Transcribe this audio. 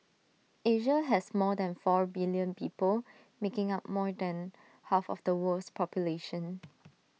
Asia has more than four billion people making up more than half of the world's population